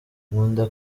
nkunda